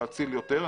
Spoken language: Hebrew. להציל יותר.